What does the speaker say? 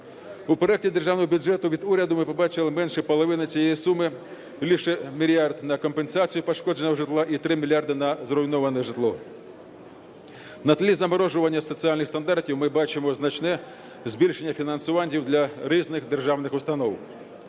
У проекті державного бюджету від уряду ми побачили менше половини цієї суми, лише мільярд на компенсацію пошкодженого житла і 3 мільярди на зруйноване житло. На тлі заморожування соціальних стандартів, ми бачимо значне збільшення фінансування для різних державних установ,